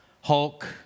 Hulk